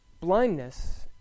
blindness